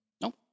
nope